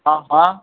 હં હં